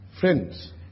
Friends